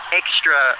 extra